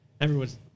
Everyone's